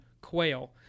quail